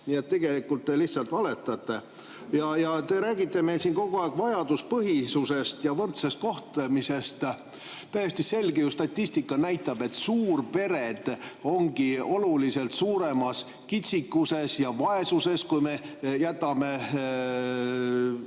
Nii et tegelikult te lihtsalt valetate. Te räägite meile siin kogu aeg vajaduspõhisusest ja võrdsest kohtlemisest. Täiesti selge statistika näitab, et suurpered on oluliselt suuremas kitsikuses ja vaesuses, kui me jätame